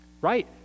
right